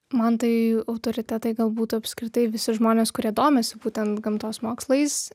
man tai autoritetai gal būtų apskritai visi žmonės kurie domisi būtent gamtos mokslais